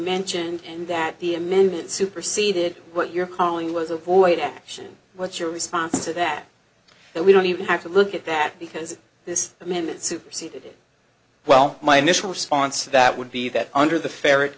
mentioned and that the amendment superceded what you're calling was a void action what's your response to that that we don't even have to look at that because this amendment superceded well my initial response to that would be that under the ferret